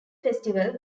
festival